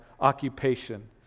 occupation